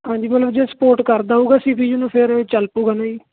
ਹਾਂਜੀ ਮਤਲਬ ਜੇ ਸਪੋਰਟ ਕਰਦਾ ਹੋਵੇਗਾ ਸੀ ਪੀ ਯੂ ਨੂੰ ਫ਼ੇਰ ਚੱਲ ਪੂਗਾ ਨਹੀਂ